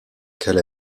qu’elle